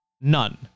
None